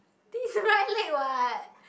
this is right leg [what]